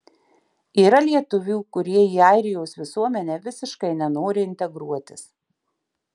yra lietuvių kurie į airijos visuomenę visiškai nenori integruotis